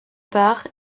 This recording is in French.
par